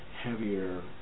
heavier